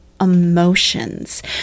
emotions